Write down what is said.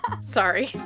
Sorry